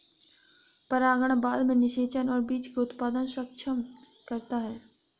परागण बाद में निषेचन और बीज के उत्पादन को सक्षम करता है